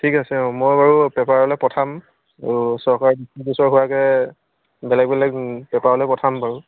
ঠিক আছে অঁ মই বাৰু পেপাৰলৈ পঠাম আৰু চৰকাৰৰ দৃষ্টিগোচৰ হোৱাকৈ বেলেগ বেলেগ পেপাৰলৈ পঠাম বাৰু